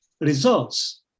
results